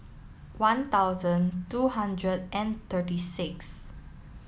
one thousand two hundred and thirty six